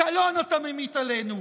קלון אתה ממיט עלינו.